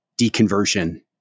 deconversion